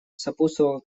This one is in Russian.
сопутствовало